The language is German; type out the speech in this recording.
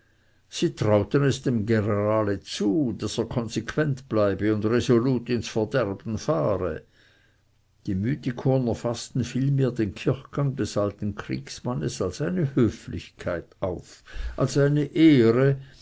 sie trauten es dem generale zu daß er konsequent bleibe und resolut ins verderben fahre die mythikoner faßten vielmehr den kirchgang des alten kriegsmannes als eine höflichkeit auf als eine ehre